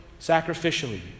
sacrificially